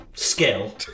skill